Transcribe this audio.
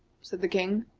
said the king.